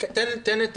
תן את